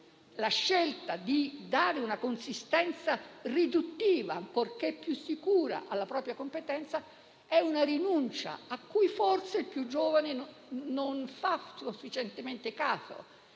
La scelta di dare una consistenza riduttiva, ancorché più sicura, alla propria competenza, è una rinuncia a cui, forse, chi è più giovane non fa sufficientemente caso,